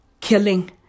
killing